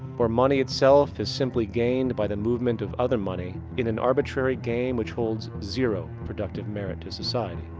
where money itself is simply, gained by the movement of other money in an arbitrary game. which holds zero productive merit to society.